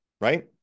right